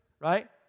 right